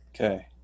Okay